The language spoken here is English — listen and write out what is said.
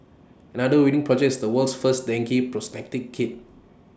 another winning project is the world's first dengue prognostic kit